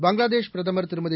பங்களாதேஷ் பிரதமர் திருமதி